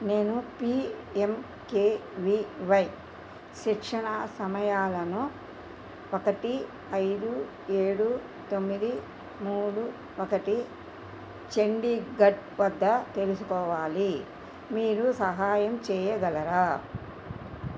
నేను పిఎంకెవివై శిక్షణ సమయాలను ఒకటి ఐదు ఏడు తొమ్మిది మూడు ఒకటి చండీఘడ్ వద్ద తెలుసుకోవాలి మీరు సహాయం చెయ్యగలరా